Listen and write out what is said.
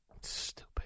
stupid